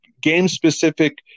game-specific